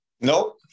Nope